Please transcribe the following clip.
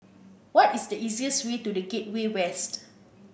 what is the easiest way to The Gateway West